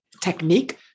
technique